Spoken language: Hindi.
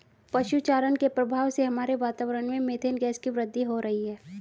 पशु चारण के प्रभाव से हमारे वातावरण में मेथेन गैस की वृद्धि हो रही है